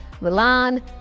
Milan